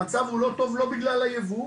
המצב הוא לא טוב לא בגלל הייבוא,